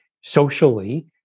socially